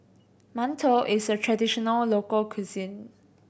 mantou is a traditional local cuisine